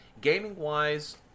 Gaming-wise